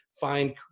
find